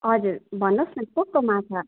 हजुर भन्नुहोस् न कस्तो माछा